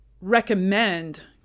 recommend